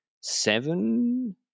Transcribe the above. seven